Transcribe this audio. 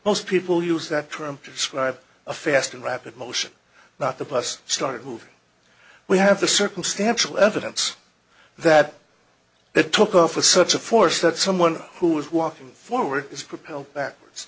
most people use that term to describe a fest in rapid motion not the bus started moving we have the circumstantial evidence that the took off with such a force that someone who is walking forward is propelled backwards